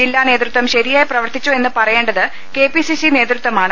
ജില്ലാ നേതൃത്വം ശരിയായി പ്രവർത്തി ച്ചോ എന്ന് പറയേണ്ടത് കെപിസിസി നേതൃത്വമാണ്